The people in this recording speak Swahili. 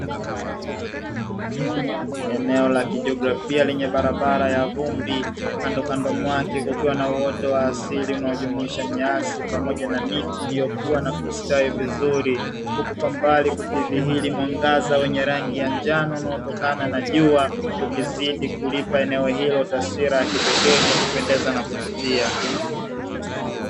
Eneo la kijographia lenye barabara ya vumbi kando kando mwake kukiwa na uoto wa asili unaojumuisha nyasi pamoja na miti iliyokuwa na kustawi vizuri, huku kwa mbali kukidhihiri mwangaza wenye rangi ya njano unaotokana na jua, ukizidi kulipa eneo hilo taswira ya kipekee ya kupendeza na kuvutia.